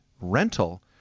rental